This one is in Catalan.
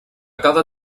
cada